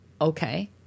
Okay